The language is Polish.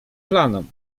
planom